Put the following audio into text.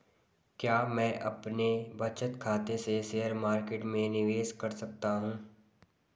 क्या मैं अपने बचत खाते से शेयर मार्केट में निवेश कर सकता हूँ?